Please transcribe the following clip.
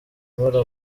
amara